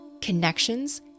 connections